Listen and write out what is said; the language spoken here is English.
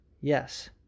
Yes